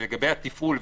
לגבי התפעול,